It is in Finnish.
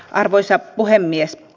arvoisa puhemies